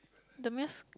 Dominos